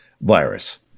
virus